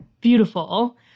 beautiful